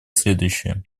следующее